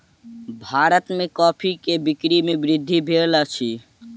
भारत में कॉफ़ी के बिक्री में वृद्धि भेल अछि